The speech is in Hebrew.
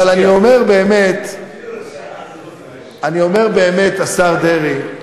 אבל אני אומר באמת, השר דרעי,